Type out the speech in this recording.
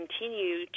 continue